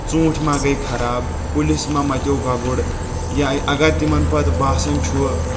ژوٗنٛٹھۍ ما گٔے خراب کُلِس مہ مَتیو گگُر یا اگر تِمن پتہٕ باسان چھُ